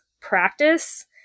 practice